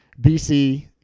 BC